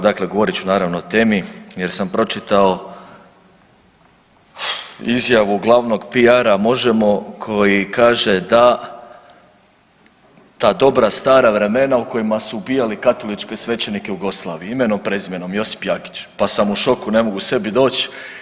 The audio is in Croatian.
Dakle, govorit ću naravno o temi jer sam pročitao izjavu glavnog PR-a Možemo koji kaže da ta dobra stara vremena u kojima su ubijali katoličke svećenike u Jugoslaviji, imenom, prezimenom Josip Jagić, pa sam u šoku, ne mogu sebi doć.